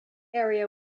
area